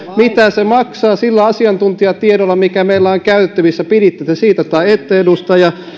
mitä se maksaa sillä asiantuntijatiedolla mikä meillä on käytettävissä piditte te siitä tai ette edustaja